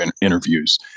interviews